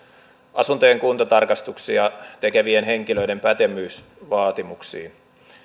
asuntojen kuntotarkastuksia tekevien henkilöiden pätevyysvaatimuksiin